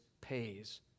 pays